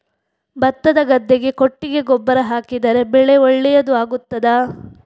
ಭತ್ತದ ಗದ್ದೆಗೆ ಕೊಟ್ಟಿಗೆ ಗೊಬ್ಬರ ಹಾಕಿದರೆ ಬೆಳೆ ಒಳ್ಳೆಯದು ಆಗುತ್ತದಾ?